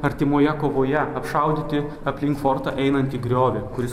artimoje kovoje apšaudyti aplink fortą einantį griovį kuris